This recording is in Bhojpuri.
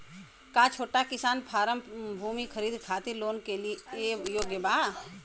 का छोटा किसान फारम भूमि खरीदे खातिर लोन के लिए योग्य बा?